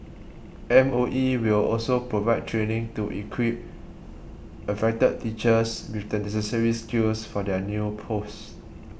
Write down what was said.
M O E will also provide training to equip affected teachers with the necessary skills for their new posts